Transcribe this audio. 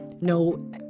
no